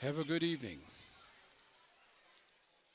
have a good evening